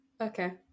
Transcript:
Okay